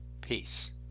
Peace